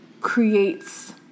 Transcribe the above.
creates